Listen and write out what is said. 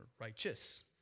righteous